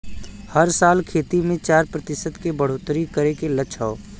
हर साल खेती मे चार प्रतिशत के बढ़ोतरी करे के लक्ष्य हौ